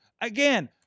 again